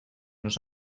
nos